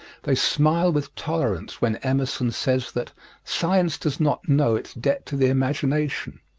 they smile with tolerance when emerson says that science does not know its debt to the imagination,